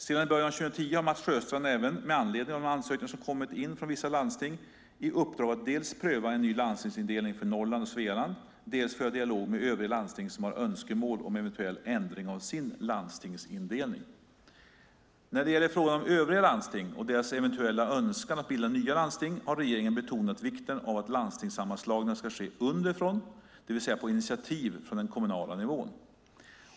Sedan i början av 2010 har Mats Sjöstrand även, med anledning av de ansökningar som kommit in från vissa landsting, i uppdrag att dels pröva en ny landstingsindelning för Norrland och Svealand, dels föra dialog med övriga landsting som har önskemål om eventuell ändring av sin landstingsindelning. När det gäller frågan om övriga landsting och deras eventuella önskan att bilda nya landsting har regeringen betonat vikten av att landstingssammanslagningar ska ske underifrån, det vill säga på initiativ från den kommunala nivån.